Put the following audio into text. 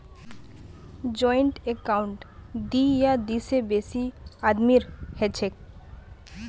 joint account दी या दी से बेसी आदमीर हछेक